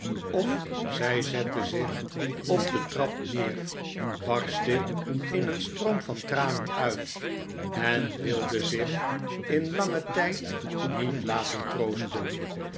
of zij zette zich op de trap neer barstte in een stroom van tranen uit en wilde zich in langen tijd niet laten troosten